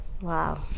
Wow